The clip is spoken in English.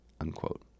unquote